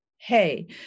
hey